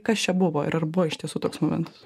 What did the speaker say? kas čia buvo ir buvo iš tiesų toks momentas